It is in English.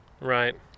Right